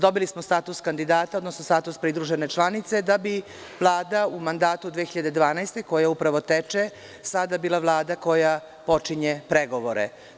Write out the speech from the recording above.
Dobili smo status kandidata, odnosno status pridružene članice, da bi Vlada u mandatu 2012. godine, koja upravo teče, sada bila Vlada koja počinje pregovore.